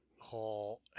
whole